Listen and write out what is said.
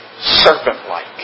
Serpent-like